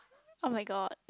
[oh]-my-god